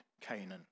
Canaan